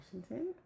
Washington